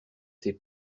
ses